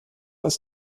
ist